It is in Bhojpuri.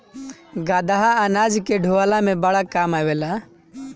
गदहा अनाज के ढोअला में बड़ा काम आवेला